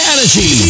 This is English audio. Energy